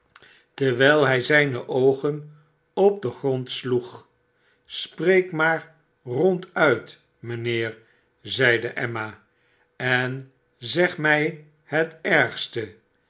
terwijl hij zijne oogen op den grond sloeg spreek maar ronduit mijnheer zeide emma en zeg mii het ergste